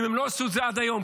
אם הם לא עשו את זה עד היום,